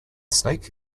snake